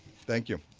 thank you.